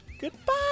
Goodbye